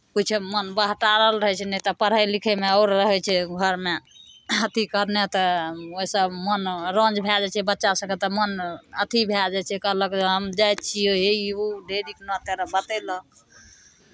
किछु मन बहटारल रहै छै नहि तऽ पढ़य लिखयमे आओर रहै छै घरमे अथी करने तऽ ओहिसँ मन रञ्ज भए जाइ छै बच्चा सभके तऽ मन अथी भए जाइ छै कहलक हम जाइ छियै हे ई ओ ढेरीके नओ तेरह बतयलक